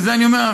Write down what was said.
ואת זה אני אומר,